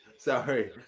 sorry